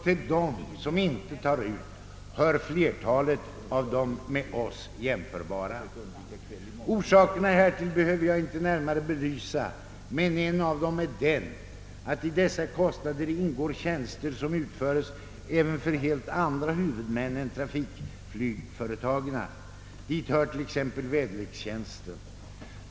Till dem som inte tar ut sådana kostnader hör flertalet av dem med oss jämförbara. Orsakerna härtill behöver jag inte närmare belysa, men en av dem är den, att i dessa kostnader ingår tjänster som utförs även för helt andra huvudmän än trafikflygföretagen. Hit hör t.ex. väderlekstjänsten.